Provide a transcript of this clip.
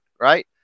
right